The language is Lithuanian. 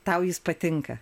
tau jis patinka